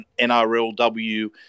NRLW